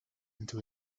into